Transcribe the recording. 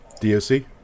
D-O-C